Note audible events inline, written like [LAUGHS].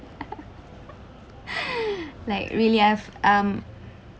[LAUGHS] like really I've um